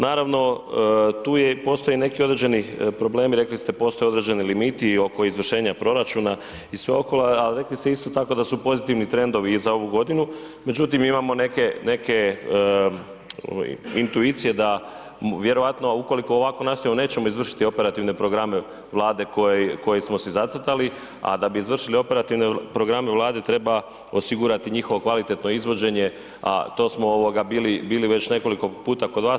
Naravno tu je, postoji i neki određeni problemi, rekli ste, postoje određeni limiti i oko izvršenja proračuna i sve oko, ali rekli ste isto tako i da su pozitivni trendovi i za ovu godinu, međutim imamo neke intuicije da vjerojatno, a ukoliko ovako nastavimo nećemo izvršiti operativne programe Vlade koje smo si zacrtali, a da bi izvršili operativne programe Vlade treba osigurati njihovo kvalitetno izvođenje, a to smo bili već nekoliko puta kod vas.